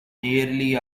nearly